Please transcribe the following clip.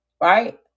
right